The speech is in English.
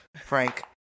Frank